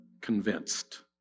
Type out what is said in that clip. convinced